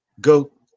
Goat